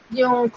yung